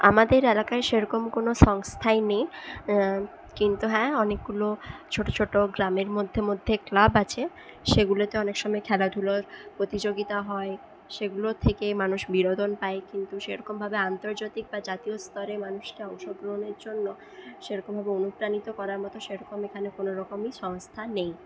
আমাদের এলাকায় সেরকম কোনও সংস্থাই নেই কিন্তু হ্যাঁ অনেকগুলো ছোট ছোট গ্রামের মধ্যে মধ্যে ক্লাব আছে সেগুলোতে অনেক সময়ে খেলাধুলোর প্রতিযোগিতা হয় সেগুলো থেকে মানুষ বিনোদন পায় কিন্তু সেরকমভাবে আন্তর্জাতিক বা জাতীয় স্তরে মানুষরা অংশগ্রহণের জন্য সেরকমভাবে অনুপ্রাণিত করার মতো সেরকম এখানে কোনওরকমই সংস্থা নেই